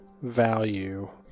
Value